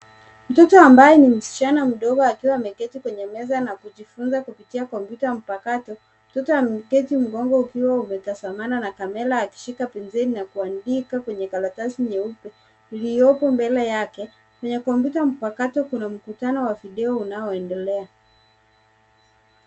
Mtoto ambaye ni msichana mdogo akiwa ameketi kwenye meza na kujifunza kupitia kompyuta mpakato. Mtoto ameketi mgongo ukiwa umetazamana na kamera akishika penseli na kuandika kwenye karatasi nyeupe uliyopo mbele yake. Kwenye kompyuta mpakato kuna mkutano wa video unaoendelea.